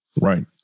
Right